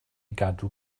gadw